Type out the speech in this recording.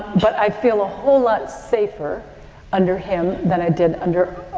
but i feel a whole lot safer under him than i did under,